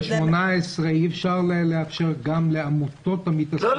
בפסקה (18) אי-אפשר לאפשר גם לעמותות המתעסקות --- לא,